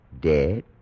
Dead